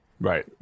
Right